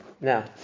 Now